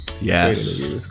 yes